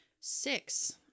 Six